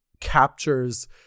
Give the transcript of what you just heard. captures